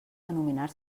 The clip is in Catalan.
denominar